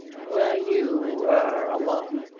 were you er alone?